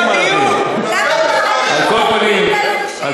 אבל למה פערי התיווך,